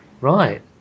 Right